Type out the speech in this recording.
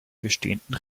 bestehenden